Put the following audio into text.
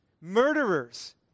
Murderers